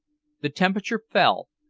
the temperature fell,